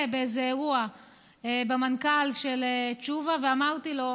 באיזה אירוע במנכ"ל של תשובה ואמרתי לו: